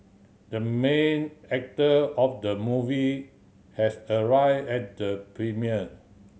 the main actor of the movie has arrived at the premiere